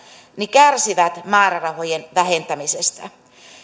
kärsivät määrärahojen vähentämisestä